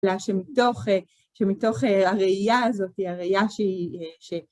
שמתוך הראייה הזאת, הראייה שהיא, אה, ש...